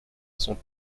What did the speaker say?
sont